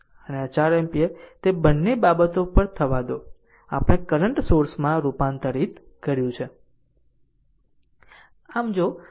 અને આ 4 એમ્પીયર તે બંને બાબતો પર થવા દો આપણે કરંટ સોર્સમાં રૂપાંતરિત કર્યું છે